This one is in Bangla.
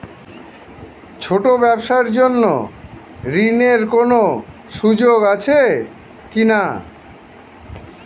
ছোট ব্যবসার জন্য ঋণ এর কোন সুযোগ আছে কি না?